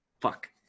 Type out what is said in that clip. fuck